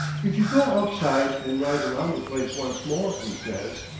if you go outside and ride around the place once more, he says,